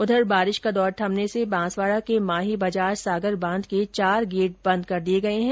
उधर बारिश का दौर थमने से बांसवाडा के माही बजाज सागर बांध के चार गेट बंद कर दिये गये है